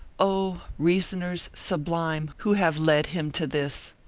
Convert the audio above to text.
oh! reasoners sublime who have led him to this,